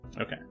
Okay